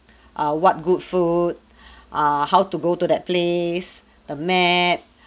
err what good food err how to go to that place the map